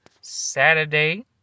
Saturday